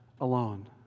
alone